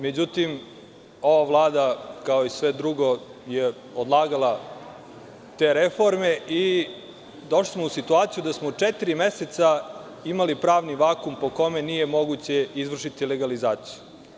Međutim, ova Vlada, kao i sve drugo je odlagala te reforme i došli smo u situaciju da smo četiri meseca imali pravni vakum po kome nije moguće izvršiti legalizaciju.